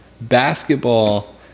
Basketball